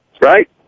Right